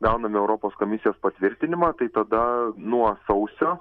gauname europos komisijos patvirtinimą tai tada nuo sausio